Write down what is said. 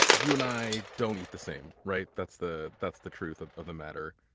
you and i don't eat the same. right? that's the that's the truth of of the matter.